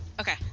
Okay